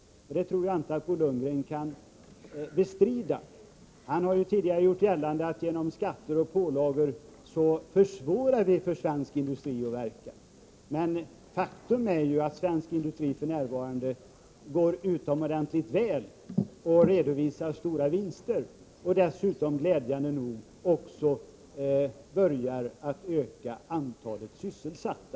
Det tror jag inte att Bo Lundgren kan bestrida — han har ju tidigare gjort gällande att genom skatter och pålagor försvårar vi för svensk industri att verka. Men faktum är att svensk industri f.n. går utomordentligt väl och redovisar stora vinster och dessutom glädjande nog börjar att öka antalet sysselsatta.